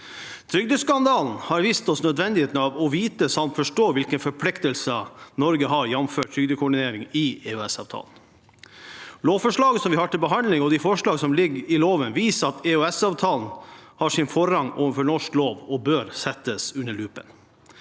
Trygdeskandalen har vist oss nødvendigheten av å vite samt forstå hvilke forpliktelser Norge har, jf. trygdekoordinering i EØSavtalen. Lovforslaget som vi har til behandling, og de forslag som ligger i loven, viser at EØS-avtalen har forrang over norsk lov og bør settes under lupen.